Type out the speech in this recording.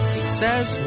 Success